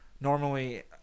normally